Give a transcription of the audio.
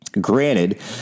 granted